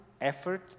effort